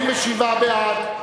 87 בעד,